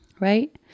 right